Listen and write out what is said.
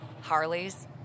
Harleys